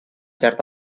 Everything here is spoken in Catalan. llarg